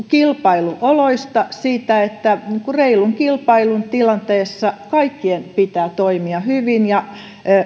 kilpailuoloista siitä että reilun kilpailun tilanteessa kaikkien pitää toimia hyvin